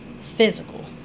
physical